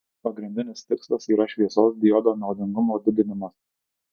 pagrindinis tikslas yra šviesos diodo naudingumo didinimas